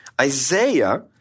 Isaiah